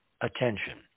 attention